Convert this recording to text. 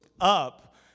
up